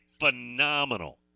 Phenomenal